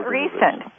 recent